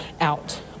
out